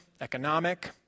economic